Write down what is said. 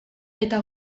eta